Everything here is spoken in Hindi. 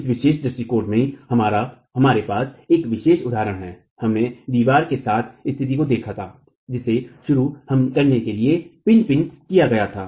इस विशेष दृष्टिकोण में हमारे पास एक विशेष उदाहरण में हमने दीवार के साथ स्थिति को देखा था जिसे शुरू करने के लिए पिन पिन किया गया था